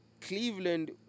Cleveland